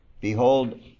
Behold